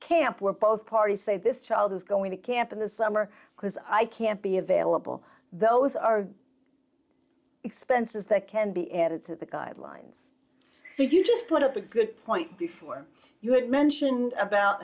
camp where both parties say this child is going to camp in the summer because i can't be available those are expenses that can be added to the guidelines so if you just put up a good point before you had mentioned about